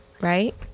right